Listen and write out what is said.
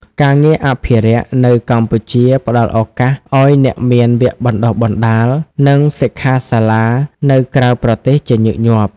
ការងារអភិរក្សនៅកម្ពុជាផ្តល់ឱកាសឱ្យអ្នកមានវគ្គបណ្តុះបណ្តាល និងសិក្ខាសាលានៅក្រៅប្រទេសជាញឹកញាប់។